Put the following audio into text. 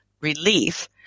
relief